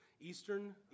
Eastern